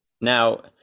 now